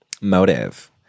Motive